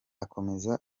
akomeza